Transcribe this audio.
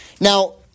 Now